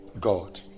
God